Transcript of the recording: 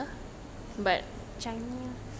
changi ah probably